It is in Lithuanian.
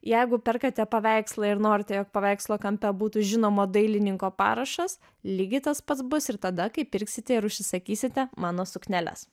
jeigu perkate paveikslą ir norite jog paveikslo kampe būtų žinomo dailininko parašas lygiai tas pats bus ir tada kai pirksite ir užsisakysite mano sukneles